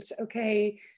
okay